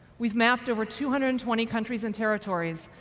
we've mapped over two hundred and twenty countries and territories,